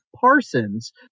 Parsons